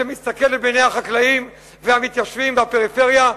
שמסתכלת בעיני החקלאים והמתיישבים בפריפריה?